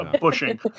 bushing